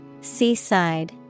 Seaside